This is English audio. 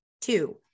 two